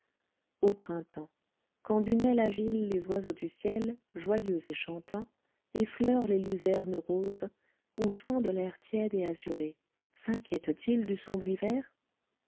au printemps quand d'une aile agile les oiseaux du ciel joyeux et chantants effleurent les luzernes roses ou fendent l'air tiède et azuré sinquiètent ils du sombre hiver